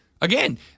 again